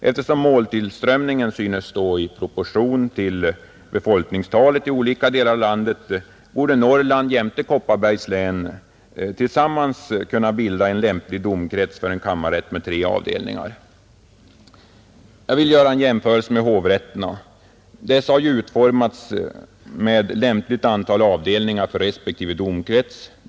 Eftersom måltillströmningen synes stå i proportion till befolkningstalet i olika delar av landet borde Norrland tillsammans med Kopparbergs län kunna bilda en lämplig domkrets för en kammarrätt med tre avdelningar. Jag vill göra en jämförelse med hovrätterna. Dessa har utformats med lämpligt antal avdelningar för respektive domkrets.